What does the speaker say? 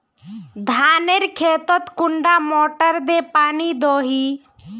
धानेर खेतोत कुंडा मोटर दे पानी दोही?